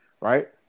right